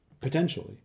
potentially